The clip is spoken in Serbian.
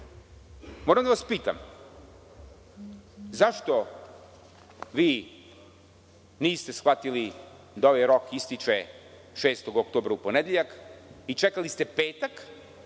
Moram da vas pitam, zašto vi niste shvatili da ovaj rok ističe 6. oktobra u ponedeljak i čekali ste petak